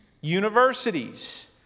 universities